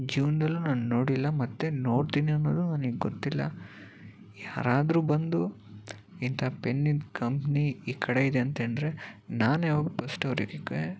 ಜೀವನದಲ್ಲೂ ನಾನು ನೋಡಿಲ್ಲ ಮತ್ತೆ ನೋಡ್ತೀನಿ ಅನ್ನೋದು ನನಗೆ ಗೊತ್ತಿಲ್ಲ ಯಾರಾದ್ರೂ ಬಂದು ಇಂಥ ಪೆನ್ನಿನ ಕಂಪನಿ ಈ ಕಡೆ ಇದೆ ಅಂತಂದರೆ ನಾನೇ ಹೋಗಿ ಫರ್ಸ್ಟು ಅವರಿಗೆ